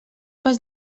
pas